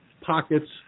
pockets